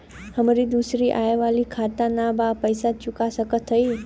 हमारी दूसरी आई वाला खाता ना बा पैसा चुका सकत हई?